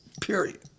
Period